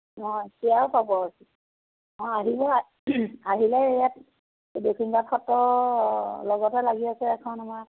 অঁ চিয়াও পাব অঁ আহিব আহিলে ইয়াতে দক্ষিণপাট সত্ৰৰ লগতে লাগি আছে এখন আমাৰ